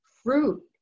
Fruit